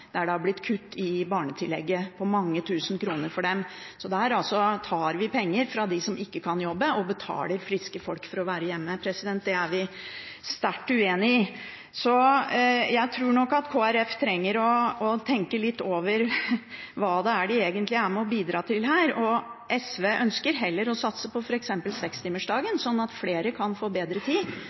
Det har blitt kutt i barnetillegget på mange tusen kroner for dem. Så der tar vi penger fra dem som ikke kan jobbe, og betaler friske folk for å være hjemme. Det er vi sterkt uenig i. Så jeg tror nok at Kristelig Folkeparti trenger å tenke litt over hva de egentlig er med på å bidra til her. SV ønsker heller å satse på f.eks. sekstimersdagen, sånn at flere kan få bedre tid